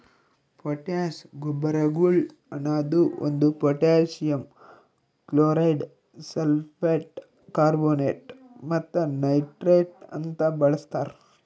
potash ಗೊಬ್ಬರಗೊಳ್ ಅನದು ಒಂದು ಪೊಟ್ಯಾಸಿಯಮ್ ಕ್ಲೋರೈಡ್, ಸಲ್ಫೇಟ್, ಕಾರ್ಬೋನೇಟ್ ಮತ್ತ ನೈಟ್ರೇಟ್ ಅಂತ ಬಳಸ್ತಾರ್